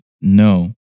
no